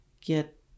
get